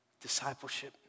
discipleship